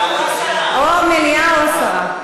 או מליאה או הסרה.